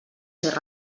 ser